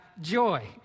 Joy